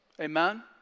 Amen